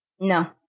No